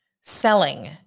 selling